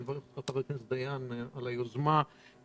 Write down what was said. אני מברך את חבר הכנסת דיין על היוזמה לקיומו.